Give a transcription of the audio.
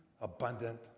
abundant